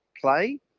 play